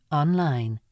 online